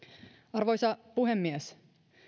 arvoisa puhemies